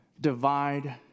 divide